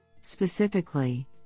Specifically